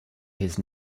his